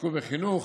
שעסקו בחינוך: